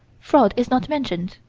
fraud is not mentioned.